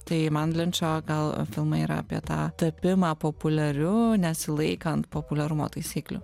tai man linčo gal filmai yra apie tą tapimą populiariu nesilaikant populiarumo taisyklių